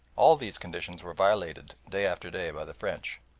all these conditions were violated day after day by the french.